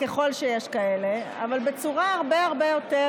ככל שיש כאלה, אבל בצורה הרבה הרבה יותר